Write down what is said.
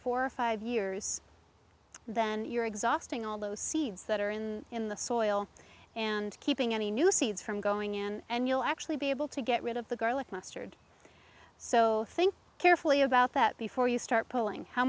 four or five years then you're exhausting all those seeds that are in the soil and keeping any new seeds from going in actually be able to get rid of the garlic mustard so think carefully about that before you start polling how